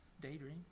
daydream